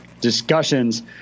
discussions